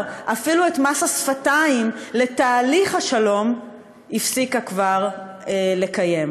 אפילו את מס השפתיים לתהליך השלום הפסיקה כבר לקיים.